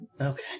okay